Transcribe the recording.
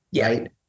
Right